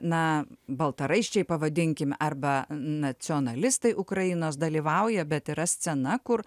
na baltaraiščiai pavadinkim arba nacionalistai ukrainos dalyvauja bet yra scena kur